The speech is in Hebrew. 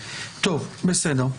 טוב, בסדר.